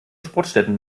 sportstätten